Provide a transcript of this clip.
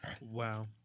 Wow